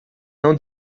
não